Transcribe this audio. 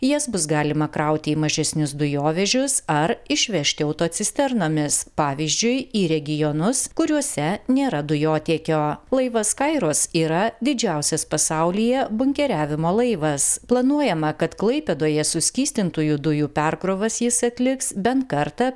jas bus galima krauti į mažesnius dujovežius ar išvežti autocisternomis pavyzdžiui į regionus kuriuose nėra laivas kairos yra didžiausias pasaulyje bunkeriavimo laivas planuojama kad klaipėdoje suskystintųjų dujų perkrovas jis atliks bent kartą